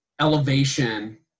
elevation